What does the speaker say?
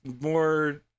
More